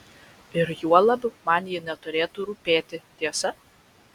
ir juolab man ji neturėtų rūpėti tiesa